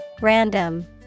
Random